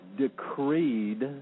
decreed